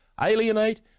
alienate